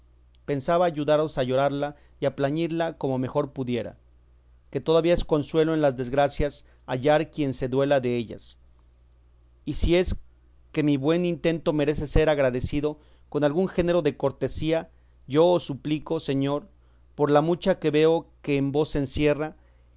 pensaba ayudaros a llorarla y plañirla como mejor pudiera que todavía es consuelo en las desgracias hallar quien se duela dellas y si es que mi buen intento merece ser agradecido con algún género de cortesía yo os suplico señor por la mucha que veo que en vos se encierra